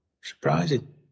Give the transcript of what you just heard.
surprising